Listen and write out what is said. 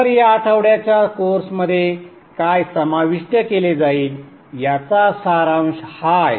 तर या आठवड्याच्या कोर्समध्ये काय समाविष्ट केले जाईल याचा सारांश हा आहे